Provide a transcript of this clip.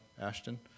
Ashton